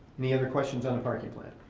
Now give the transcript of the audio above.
any other questions on the parking plan?